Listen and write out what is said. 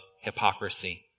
hypocrisy